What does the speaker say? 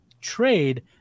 trade